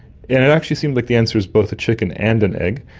and it actually seems like the answer is both a chicken and an egg.